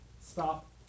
stop